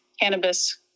cannabis